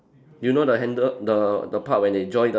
you know the handle the the part where they join the